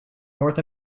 north